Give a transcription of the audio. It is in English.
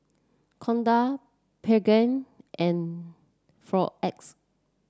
Kordel Pregain and Floxia